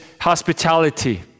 hospitality